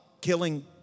killing